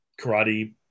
karate